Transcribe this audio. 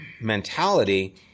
mentality